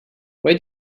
wait